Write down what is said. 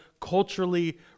culturally